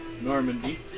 Normandy